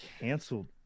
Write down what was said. canceled